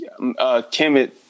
Kemet